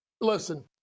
Listen